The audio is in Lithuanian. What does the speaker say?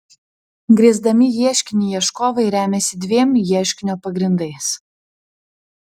grįsdami ieškinį ieškovai remiasi dviem ieškinio pagrindais